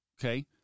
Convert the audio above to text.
Okay